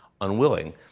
unwilling